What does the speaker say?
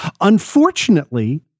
unfortunately